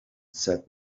said